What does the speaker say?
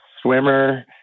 swimmer